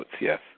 yes